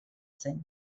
zen